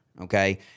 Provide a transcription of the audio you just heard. Okay